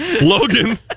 Logan